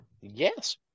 yes